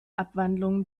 abwandlungen